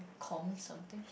comp something